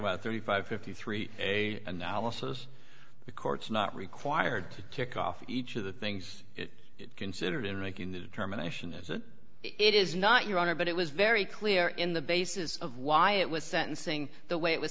about thirty five fifty three a analysis the court's not required to tick off each of the things considered in making the determination is that it is not your honor but it was very clear in the basis of why it was sentencing the way it was